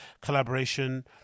collaboration